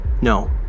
No